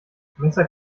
messer